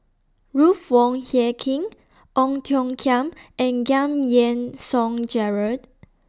Ruth Wong Hie King Ong Tiong Khiam and Giam Yean Song Gerald